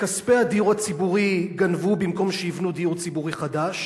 את כספי הדיור הציבורי גנבו במקום שיבנו דיור ציבורי חדש,